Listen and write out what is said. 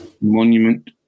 monument